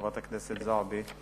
חברת הכנסת זועבי,